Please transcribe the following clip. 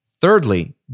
Thirdly